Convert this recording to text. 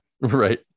Right